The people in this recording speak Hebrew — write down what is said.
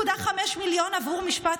הנקודה היא, זאת הייתה דוגמה אחת שאני מתביישת בה.